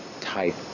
type